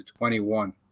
21